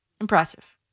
impressive